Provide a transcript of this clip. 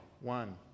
one